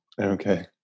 okay